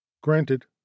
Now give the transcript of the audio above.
Granted